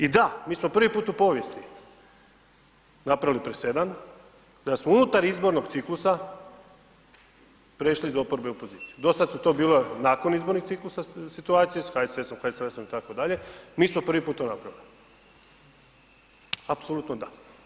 I da, mi smo prvi put u povijesti napravili presedan da smo unutar izbornog ciklusa prešli iz oporbe u poziciju, do sad su to bile nakon izbornih ciklusa situacije sa HSS-om, HSLS-om itd., mi smo prvi put to napravili, apsolutno da.